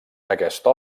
aquesta